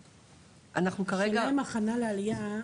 אנחנו כרגע --- השאלה אם הכנה לעלייה,